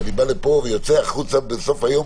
אני בא לפה ויוצא החוצה בסוף היום,